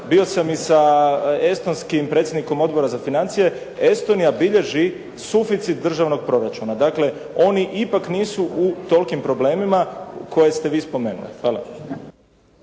bio sam i sa estonskim predsjednikom Odbora za financije. Estonija bilježi suficit državnog proračuna. Dakle, oni ipak nisu u tolikim problemima koje ste vi spomenuli. Hvala.